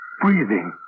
breathing